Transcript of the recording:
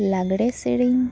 ᱞᱟᱜᱽᱲᱮ ᱥᱮᱨᱮᱧ